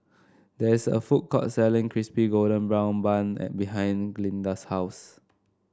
there is a food court selling Crispy Golden Brown Bun and behind Glynda's house